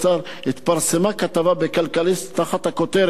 התפרסמה כתבה ב"כלכליסט" תחת הכותרת